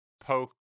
poke